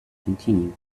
continued